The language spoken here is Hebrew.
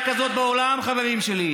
אפשר לשאול שאלה?